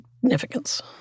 significance